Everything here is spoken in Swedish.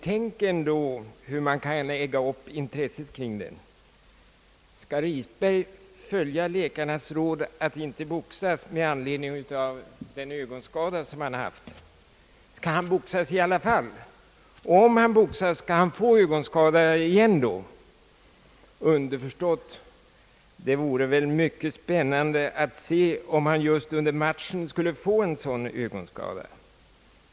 Tänk ändå på hur man kan egga upp intresset kring den. Skall Risberg följa läkarnas råd att inte boxas mer på grund av sin ögonskada? Skall han boxas i alla fall? Om han boxas, skall då hans ögonskada gå upp igen? Underförstått, det vore mycket spännande att se om han just under matchen skall få igen sin ögonskada.